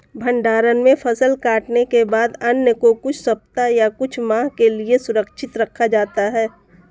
भण्डारण में फसल कटने के बाद अन्न को कुछ सप्ताह या कुछ माह के लिये सुरक्षित रखा जाता है